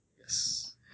Yes